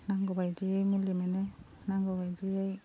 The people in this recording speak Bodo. नांगौ बायदियै मुलि मोनो नांगौ बायदियै